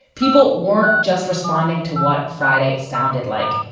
people weren't just responding to what friday sounded like.